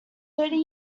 thirty